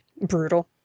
brutal